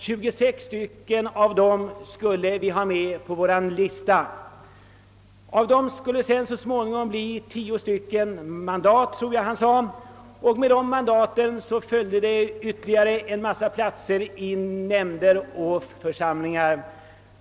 Av dessa skulle vi ha 26 med på vår lista, och av dem skulle så småningom 10 erhålla mandat. Med dessa mandat följde en mängd platser i nämnder och församlingar.